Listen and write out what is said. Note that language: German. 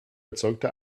erzeugte